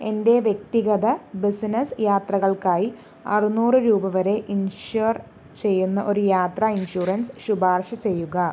എൻ്റെ വ്യക്തിഗത ബിസിനസ്സ് യാത്രകൾക്കായി അറുന്നൂറ് രൂപ വരെ ഇൻഷ്വർ ചെയ്യുന്ന ഒരു യാത്രാ ഇൻഷുറൻസ് ശുപാർശ ചെയ്യുക